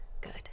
good